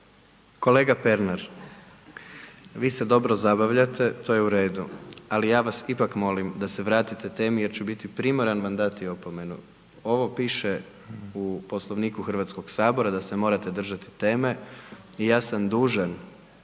Kolega Pernar. Vi se dobro zabavljate, to je u redu. Ali ja vas ipak molim da se vratite temi jer ću biti primoran vam dati opomenu. Ovo piše u Poslovniku HS-a da se morate držati teme i ja sam dužan